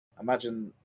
Imagine